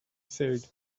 said